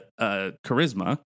charisma